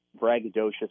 braggadocious